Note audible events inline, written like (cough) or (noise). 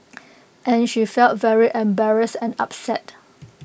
(noise) and she felt very embarrassed and upset